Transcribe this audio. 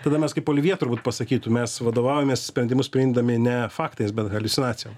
tada mes kaip olivjė turbūt pasakytų mes vadovaujamės sprendimus priimdami ne faktais bet haliucinacijom